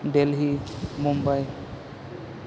Delhi Mumbai